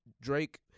Drake